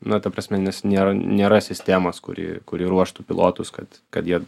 na ta prasme nes nėra nėra sistemos kuri kuri ruoštų pilotus kad kad jie